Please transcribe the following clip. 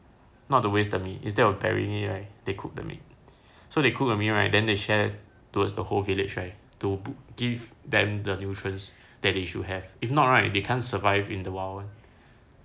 not to waste the meat instead of burying it right they cook the meat so they cook the meat right then they shared towards the whole village right to give them the nutrients that they should have if not right they can't survive in the wild